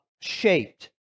shaped